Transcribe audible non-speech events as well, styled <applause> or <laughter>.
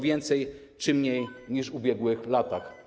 Więcej czy mniej <noise> niż w ubiegłych latach?